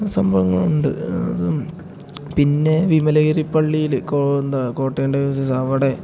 സംഭവങ്ങളുണ്ട് അത് പിന്നെ വിമലഗിരി പള്ളിയിൽ എന്താ കോട്ടയം ഡേവിസെസ് അവിടെ